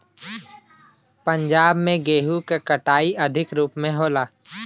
पंजाब में गेंहू क कटाई अधिक रूप में होला